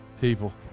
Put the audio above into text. people